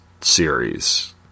series